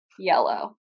Yellow